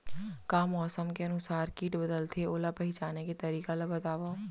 का मौसम के अनुसार किट बदलथे, ओला पहिचाने के तरीका ला बतावव?